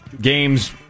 Games